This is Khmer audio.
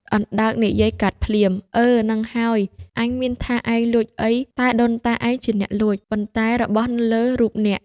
អណ្ដើកនិយាយកាត់ភ្លាមថា៖ "អើហ្នឹងហើយ អញមានថាឯងលួចអី តែដូនតាឯងជាអ្នកលួច! ប៉ុន្តែរបស់នៅលើរូបអ្នក